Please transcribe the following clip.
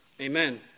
Amen